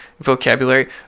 vocabulary